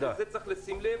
אז לזה צריך לשים לב,